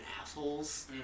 assholes